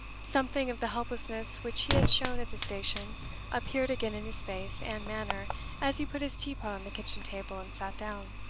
something of the helplessness which he had shown at the station appeared again in his face and manner as he put his teapot on the kitchen table and sat down.